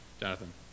Jonathan